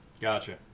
Gotcha